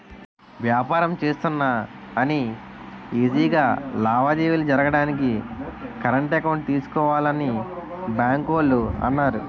వ్యాపారం చేస్తున్నా అని ఈజీ గా లావాదేవీలు జరగడానికి కరెంట్ అకౌంట్ తీసుకోవాలని బాంకోల్లు అన్నారు